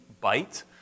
bite